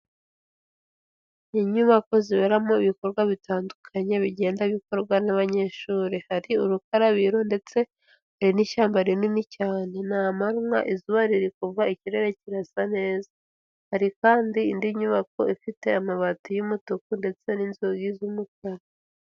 Inyubako ziberamo ibikorwa bitandukanye bigenda bikorwa n'abanyeshuri, hari urukarabiro ndetse hari n'ishyamba rinini cyane, ni amanywa izuba riri kuva ikirere kirasa neza, hari kandi indi nyubako ifite amabati y'umutuku ndetse n'inzugi z'umukara.